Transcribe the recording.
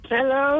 Hello